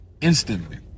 instantly